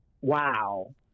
wow